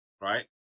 right